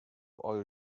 oil